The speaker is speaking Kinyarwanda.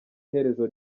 iherezo